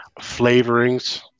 flavorings